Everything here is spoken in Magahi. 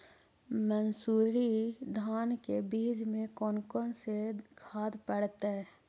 मंसूरी धान के बीज में कौन कौन से खाद पड़तै?